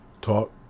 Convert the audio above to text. talk